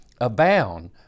Abound